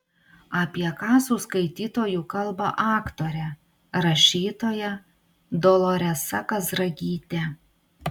apie ką su skaitytoju kalba aktorė rašytoja doloresa kazragytė